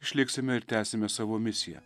išliksime ir tęsime savo misiją